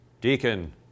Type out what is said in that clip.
deacon